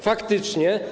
Faktycznie.